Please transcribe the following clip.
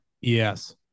yes